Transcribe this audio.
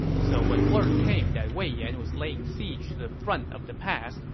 so when word came that wei yan was laying siege to the front of the pass,